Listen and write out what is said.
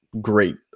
great